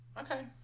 okay